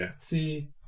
see